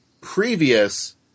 previous